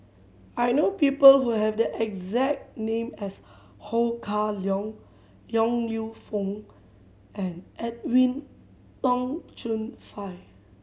I know people who have the exact name as Ho Kah Leong Yong Lew Foong and Edwin Tong Chun Fai